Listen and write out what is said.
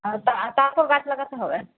ও তা তারপর গাছ লাগাতে হবে